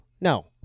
No